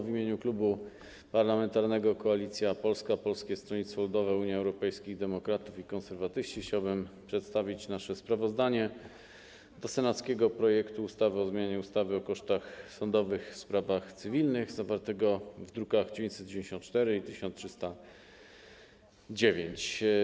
W imieniu Klubu Parlamentarnego Koalicja Polska - Polskie Stronnictwo Ludowe, Unia Europejskich Demokratów, Konserwatyści chciałbym przedstawić nasze stanowisko wobec senackiego projektu ustawy o zmianie ustawy o kosztach sądowych w sprawach cywilnych, druki nr 994 i 1309.